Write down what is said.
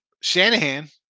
Shanahan